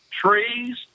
trees